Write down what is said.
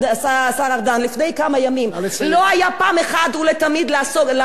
לא היה, פעם אחת ולתמיד להפסיק את הדבר הנורא הזה?